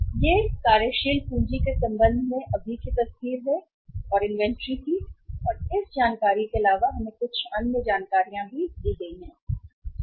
यह अब के संबंध में तस्वीर है कार्यशील पूंजी और इन्वेंट्री और इस जानकारी के अलावा हमें कुछ अन्य दिए गए हैं जानकारी भी